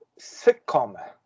sitcom